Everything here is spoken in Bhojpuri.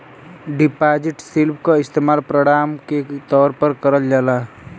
डिपाजिट स्लिप क इस्तेमाल प्रमाण के तौर पर करल जाला